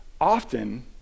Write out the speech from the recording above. often